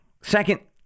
Second